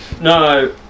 No